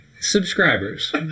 subscribers